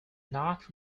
not